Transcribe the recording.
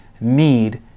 need